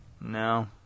No